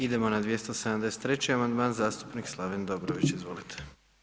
Idemo na 273. amandman zastupnik Slaven Dobrović, izvolite.